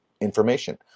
information